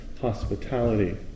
hospitality